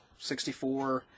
64